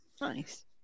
Nice